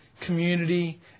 community